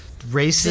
racist